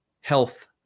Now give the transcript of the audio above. health